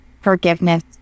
forgiveness